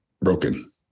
broken